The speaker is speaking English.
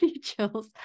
chills